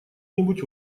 нибудь